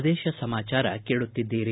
ಪ್ರದೇಶ ಸಮಾಚಾರ ಕೇಳುತ್ತಿದ್ದೀರಿ